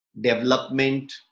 development